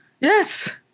yes